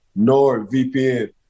NordVPN